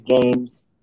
games